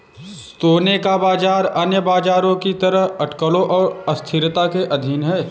सोने का बाजार अन्य बाजारों की तरह अटकलों और अस्थिरता के अधीन है